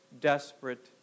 desperate